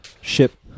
ship